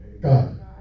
God